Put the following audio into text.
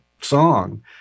song